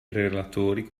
relatori